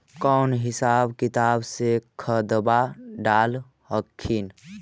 कौन हिसाब किताब से खदबा डाल हखिन?